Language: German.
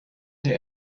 der